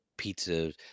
pizza